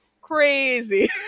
crazy